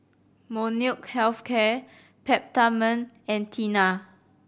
Molnylcke Health Care Peptamen and Tena